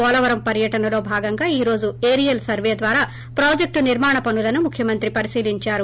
పోలవరం పర్వటనలో భాగంగా ఈ రోజు ఏరియల్ సర్వే ద్వారా ప్రాజెక్ట్ నిర్మాణ పనులను ముఖ్యమంత్రి పరిశీలించారు